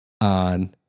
on